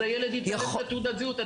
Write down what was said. אז הילד יזייף את תעודת הזהות.